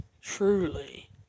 truly